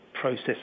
process